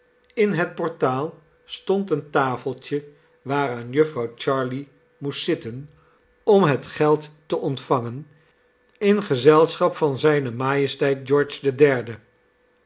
in het portaal stond een tafeltje waaraan jufvrouw jarley moest zitten om het geld te ontvangen in gezelschap van zijne majesteit george